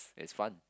it's fun